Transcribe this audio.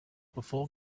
before